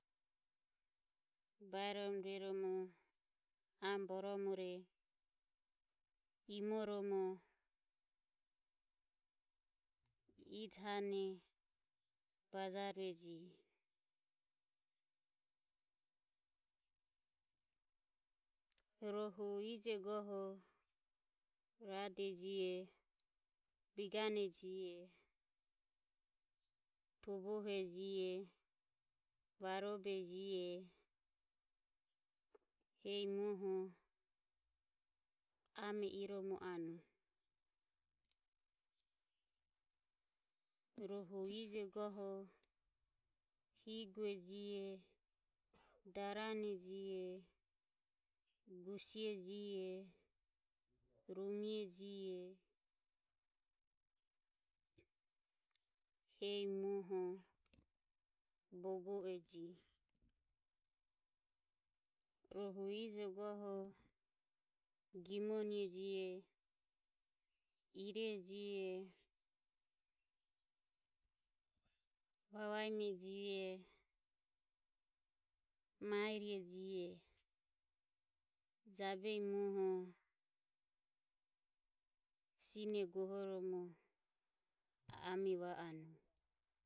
Baerom rueromo amo boromore imoromo ije hane bajarueji, rohu ije goho Ruadejihe, Biganejihe, tubohejihe, varobejihe. hehi muoho ame iromoanu, rohu ijo goho Higue jihe Darane jihe Gusie jehe Rumie jihe hehi muoho bogo e jihe. rohu ije goho Gimonie jihe irejihe Vavaime Mairejihe jabehi muoho sine gohoromo ame va anue.